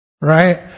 right